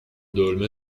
دلمه